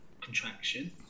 contraction